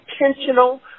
intentional